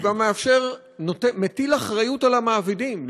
והוא גם מטיל אחריות על המעבידים.